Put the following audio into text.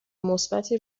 مثبتی